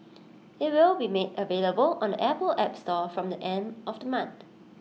IT will be made available on the Apple app store from the end of the month